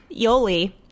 Yoli